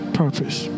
purpose